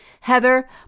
Heather